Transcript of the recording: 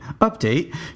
update